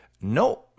no –